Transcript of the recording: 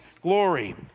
glory